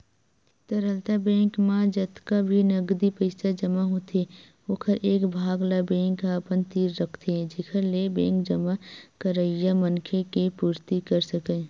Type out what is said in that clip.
तरलता बेंक म जतका भी नगदी पइसा जमा होथे ओखर एक भाग ल बेंक ह अपन तीर रखथे जेखर ले बेंक जमा करइया मनखे के पुरती कर सकय